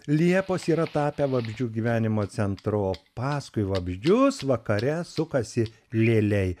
liepos yra tapę vabzdžių gyvenimo centru o paskui vabzdžius vakare sukasi lėliai